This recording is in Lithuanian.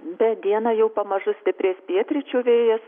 bet dieną jau pamažu stiprės pietryčių vėjas